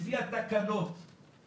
לפי התקנות זה